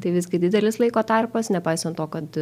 tai visgi didelis laiko tarpas nepaisant to kad